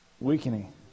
weakening